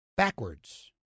backwards